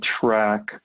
track